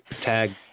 Tag